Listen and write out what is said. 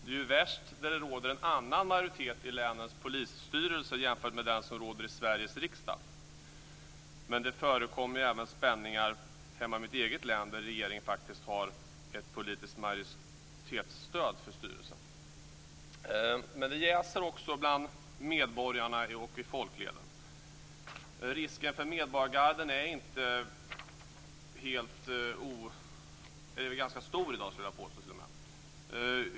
Det är ju värst där det råder en annan majoritet i länens polisstyrelser jämfört med den som råder i Sveriges riksdag. Men det förekommer även spänningar hemma i mitt eget län, där regeringspartierna faktiskt har ett politiskt majoritetsstöd i styrelsen. Det jäser också bland medborgarna och i folkleden. Risken för medborgargarden är i dag ganska stor, skulle jag vilja påstå.